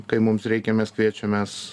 kai mums reikia mes kviečiamės